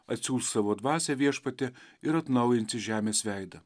atsiųsk savo dvasią viešpatį ir atnaujinti žemės veidą